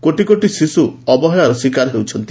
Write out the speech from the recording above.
କୋଟି କୋଟି ଶିଶୁ ଅବହେଳାର ଶିକାର ହେଉଛନ୍ତି